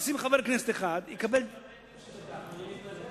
תשים חבר כנסת אחד, אני מתנגד לזה.